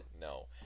no